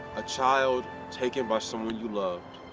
a child taken by someone you loved,